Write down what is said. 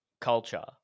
culture